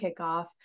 kickoff